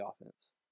offense